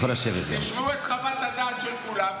תשמעו את חוות הדעת של כולם,